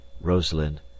Rosalind